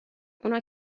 اونا